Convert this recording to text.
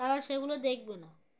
তারা সেগুলো দেখবে না